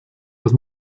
los